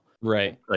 Right